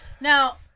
Now